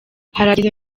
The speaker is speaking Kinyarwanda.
harageze